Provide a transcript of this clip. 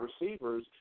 receivers